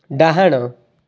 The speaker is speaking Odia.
ଡ଼ାହାଣ